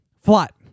Flat